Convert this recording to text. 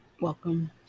welcome